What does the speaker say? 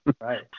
Right